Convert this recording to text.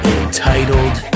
entitled